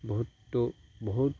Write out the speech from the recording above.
বহুতটো বহুত